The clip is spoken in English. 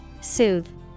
Soothe